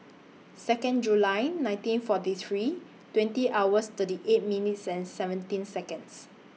Second July nineteen forty three twenty hours thirty eight minutes and seventeen Seconds